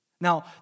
Now